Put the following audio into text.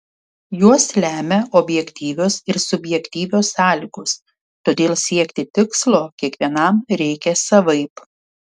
juos lemia objektyvios ir subjektyvios sąlygos todėl siekti tikslo kiekvienam reikia savaip